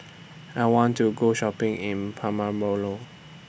I want to Go Shopping in Paramaribo